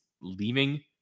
leaving